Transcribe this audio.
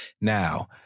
Now